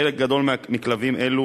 חלק גדול מכלבים אלו,